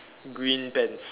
green pants